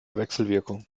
wechselwirkung